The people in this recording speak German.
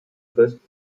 größten